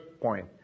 point